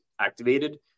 activated